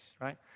right